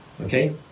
okay